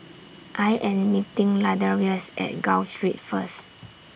I Am meeting Ladarius At Gul Street First